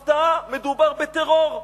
הפתעה, מדובר בטרור.